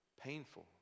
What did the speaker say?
painful